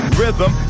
rhythm